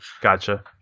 Gotcha